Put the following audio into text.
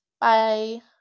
Bye